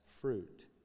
fruit